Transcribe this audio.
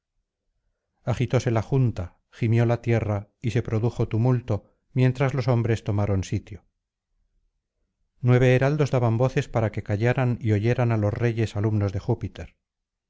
agitóse la junta gimió la tierra y se produjo tumulto mientras los hombres tomaron sitio nueve heraldos daban voces para que callaran y oyeran á los reyes alumnos de júpiter